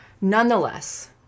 Nonetheless